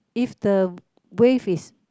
if the wave is